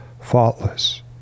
faultless